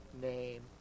name